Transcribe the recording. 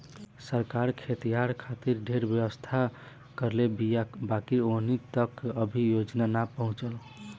सरकार खेतिहर खातिर ढेरे व्यवस्था करले बीया बाकिर ओहनि तक अभी योजना ना पहुचल